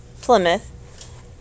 Plymouth